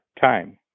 time